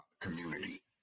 community